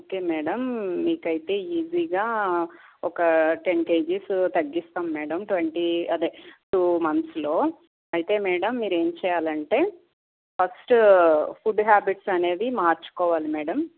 okay madam మీకైతే ఈజీగా ఒక టెన్ కేజీస్ తగ్గిస్తాం మేడం ట్వంటీ అదే టూ మంత్స్లో అయితే మేడం మీరేం చెయ్యాలంటే ఫస్ట్ ఫుడ్ హ్యాబిట్స్ అనేది మార్చుకోవాలి మేడం